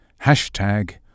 hashtag